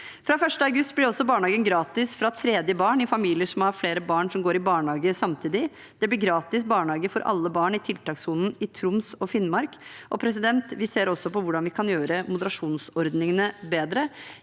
Fra 1. august blir også barnehagen gratis fra tredje barn i familier som har flere barn som går i barnehage samtidig. Det blir gratis barnehage for alle barn i tiltakssonen i Troms og Finnmark, og vi ser også på hvordan vi kan gjøre moderasjonsordningene bedre.